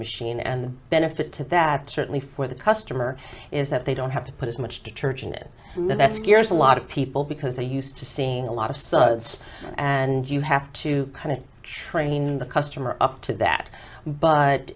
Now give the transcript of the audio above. machine and the benefit to that certainly for the customer is that they don't have to put as much detergent it and that scares a lot of people because they used to seeing a lot of suds and you have to kind of train the customer up to that but